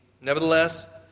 Nevertheless